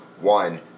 One